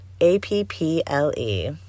A-P-P-L-E